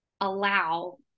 allow